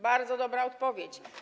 Bardzo dobra odpowiedź.